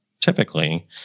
typically